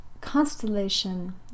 constellation